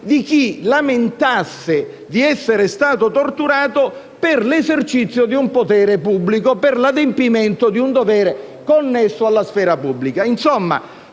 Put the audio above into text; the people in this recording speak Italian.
si lamenta di essere stato torturato per l'esercizio di un potere pubblico e per l'adempimento di un dovere connesso alla sfera pubblica.